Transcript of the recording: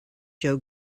joe